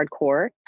hardcore